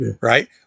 right